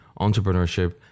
entrepreneurship